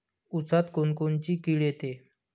ऊसात कोनकोनची किड येते?